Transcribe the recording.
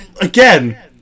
Again